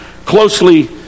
closely